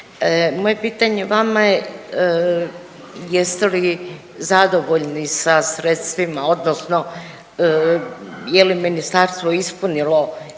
Moje pitanje vama je, jeste li zadovoljni sa sredstvima odnosno je i ministarstvo ispunilo